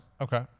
Okay